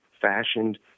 fashioned